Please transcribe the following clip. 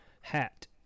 hat